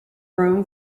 room